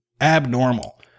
abnormal